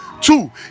Two